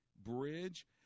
Bridge